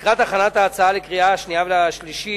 לקראת הכנת ההצעה לקריאה השנייה והשלישית